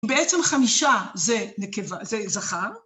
בעצם חמישה זה נקב... זה זכר.